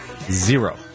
zero